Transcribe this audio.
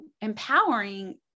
empowering